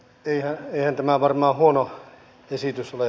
mutta eihän tämä varmaan huono esitys ole